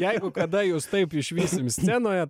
jeigu kada jus taip išvysim scenoje